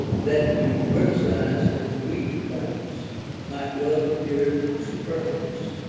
that to criticize his weak points might well appear superfluous,